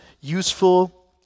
useful